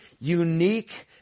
unique